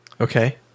okay